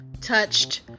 touched